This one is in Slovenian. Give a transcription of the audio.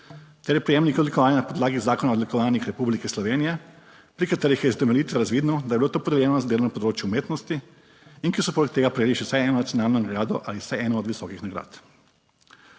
ter prejemniki odlikovanja na podlagi zakona o odlikovanjih Republike Slovenije, pri katerih je iz utemeljitve razvidno, da je bilo to podeljeno za delovno področje umetnosti in ki so poleg tega prejeli še vsaj eno nacionalno nagrado ali vsaj eno od visokih nagrad.